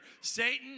Satan